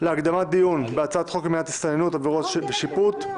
להקדמת הדיון בהצעת חוק למניעת הסתננות (עבירות ושיפוט),